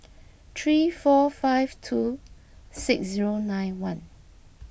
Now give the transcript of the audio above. three four five two six zero nine one